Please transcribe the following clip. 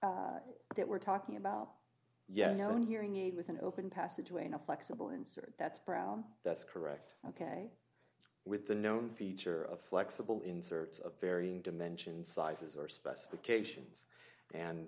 that we're talking about yes on hearing aid with an open passageway in a flexible insert that brown that's correct ok with the known feature of flexible inserts of varying dimensions sizes or specifications and